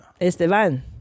Esteban